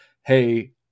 hey